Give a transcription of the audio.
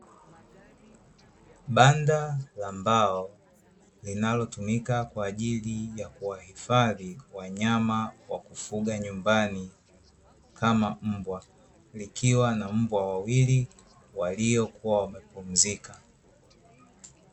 Banda la mbao linalotumika kwa ajili ya kuwahifadhi wanyama wakufuga nyumbani kama mbwa, likiwa na mbwa wawili waliokuwa wamepumzika.